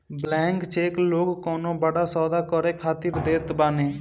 blank cheque लोग कवनो बड़ा सौदा करे खातिर देत बाने